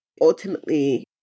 ultimately